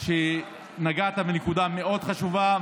שנגעת בנקודה מאוד חשובה.